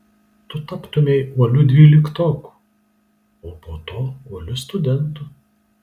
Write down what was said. tu taptumei uoliu dvyliktoku o po to uoliu studentu